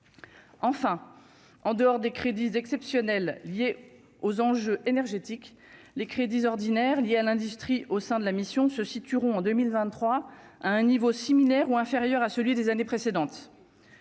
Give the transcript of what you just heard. enfin, en dehors des crédits exceptionnels liés aux enjeux énergétiques, les crédits ordinaires liés à l'industrie au sein de la mission se situeront en 2023 à un niveau similaire ou inférieur à celui des années précédentes,